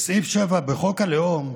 שסעיף 7 בחוק הלאום,